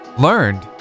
learned